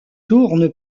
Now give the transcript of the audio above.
tourne